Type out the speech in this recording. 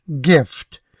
gift